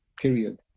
period